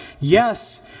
Yes